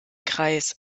kreis